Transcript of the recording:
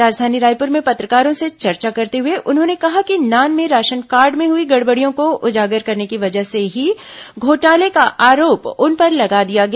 राजधानी रायपुर में पत्रकारों से चर्चा करते हुए उन्होंने कहा कि नान में राशन कार्ड में हुई गड़बड़ियों को उजागर करने की वजह से ही घोटाले का आरोप उन पर लगा दिया गया